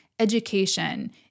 Education